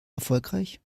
erfolgreich